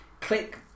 click